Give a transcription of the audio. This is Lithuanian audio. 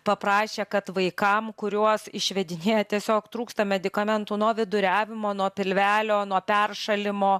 paprašė kad vaikam kuriuos išvedinėja tiesiog trūksta medikamentų nuo viduriavimo nuo pilvelio nuo peršalimo